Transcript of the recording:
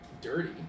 Dirty